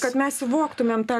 kad mes suvoktumėm tą